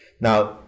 Now